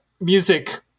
music